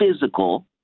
physical